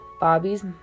Bobby's